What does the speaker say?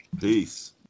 peace